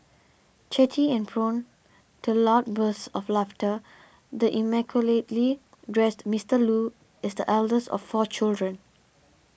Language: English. chatty and prone to loud bursts of laughter the immaculately dressed Mister Loo is the eldest of four children